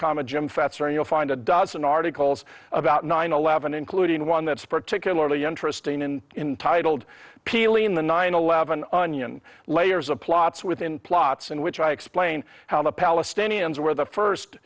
comma jim fetzer and you'll find a dozen articles about nine eleven including one that's particularly interesting and in titled peeling the nine eleven onion layers of plots within plots in which i explain how the palestinians were the first